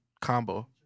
combo